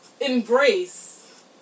embrace